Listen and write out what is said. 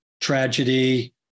tragedy